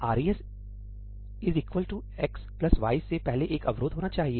'res is equal to x plus y' से पहले एक अवरोध होना चाहिए